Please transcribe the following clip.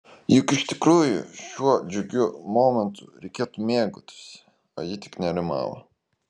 juk iš tikrųjų šiuo džiugiu momentu reikėtų mėgautis o ji tik nerimavo